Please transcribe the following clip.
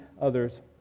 others